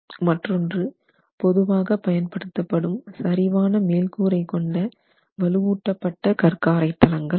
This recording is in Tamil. மற்றொன்று பொதுவாக பயன்படுத்தப்படும் சரிவான மேல் கூரை கொண்ட வலுவூட்டபட்ட கற்காரை தளங்கள் ஆகும்